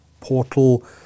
portal